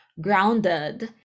grounded